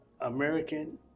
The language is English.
American